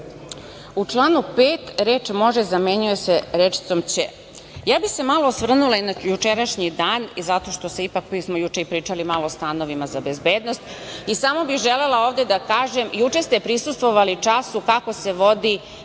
U članu 5. reč: "može" zamenjuje se rečicom: "će".Ja bih se malo osvrnula i na jučerašnji dan, i zato što smo juče ipak malo pričali o stanovima za bezbednost i samo bih želela ovde da kažem, juče ste prisustvovali času kako se vodi